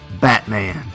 Batman